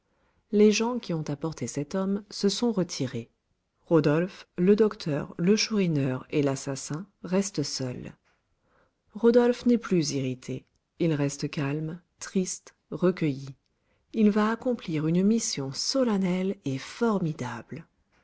les gens qui ont apporté cet homme se sont retirés rodolphe le docteur le chourineur et l'assassin restent seuls rodolphe n'est plus irrité il reste calme triste recueilli il va accomplir une mission solennelle et formidable